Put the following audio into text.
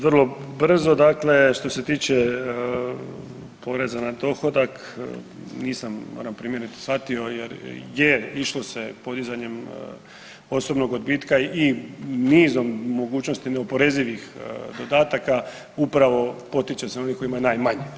Vrlo brzo dakle, što se tiče poreza na dohodak nisam moram, primjerice shvatio jer je išlo se podizanjem osobnog odbitka i nizom mogućnosti neoporezivih dodataka upravo potiče se onih koji imaju najmanje.